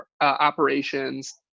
operations